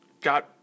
Got